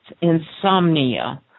insomnia